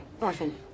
orphan